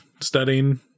studying